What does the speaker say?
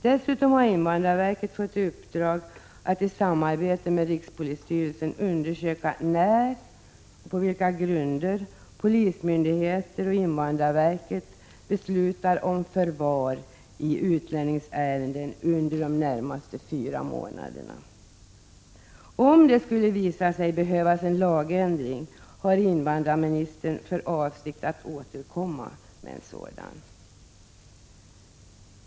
Dessutom har invandrarverket fått i uppdrag att i samarbete med rikspolisstyrelsen undersöka när och på vilka grunder polismyndigheter och invandrarverket beslutar om förvar i utlänningsärenden under de närmaste fyra månaderna. Om det skulle visa sig behövas en lagändring, har invandrarministern för avsikt att återkomma med en sådan.